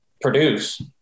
produce